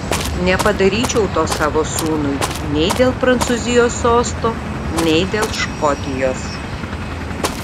nepadaryčiau to savo sūnui nei dėl prancūzijos sosto nei dėl škotijos